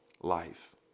life